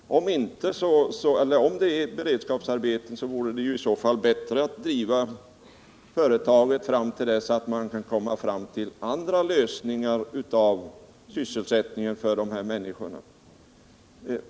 Om det är beredskapsarbete vore det i så fall bättre att driva företaget fram till dess man kan finna andra lösningar när det gäller sysselsättningen för de här människorna.